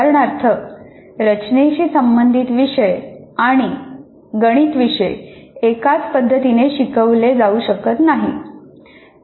उदाहरणार्थ रचनेशी संबंधित विषय आणि गणित विषय एकाच पद्धतीने शिकवले जाऊ शकत नाहीत